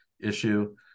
issue